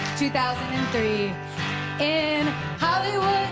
two thousand and three in,